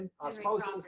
osmosis